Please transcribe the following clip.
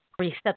Reset